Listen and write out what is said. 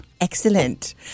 Excellent